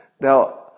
Now